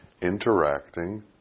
interacting